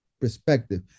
perspective